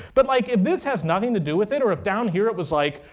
but like if this has nothing to do with it or if down here it was like,